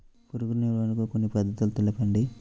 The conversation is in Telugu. పురుగు నివారణకు కొన్ని పద్ధతులు తెలుపండి?